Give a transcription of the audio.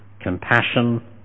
compassion